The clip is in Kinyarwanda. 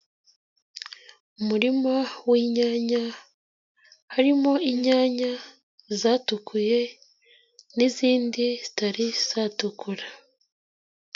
Umurima w'inyanya, harimo inyanya, zatukuye n'izindi zitari zatukura.